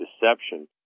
deception